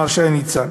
מר שי ניצן.